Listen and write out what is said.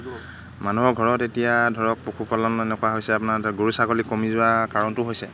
মানুহৰ ঘৰত এতিয়া ধৰক পশুপালন এনেকুৱা হৈছে আপোনাৰ ধৰক গৰু ছাগলী কমি যোৱা কাৰণটো হৈছে